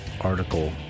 article